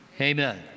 Amen